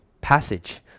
passage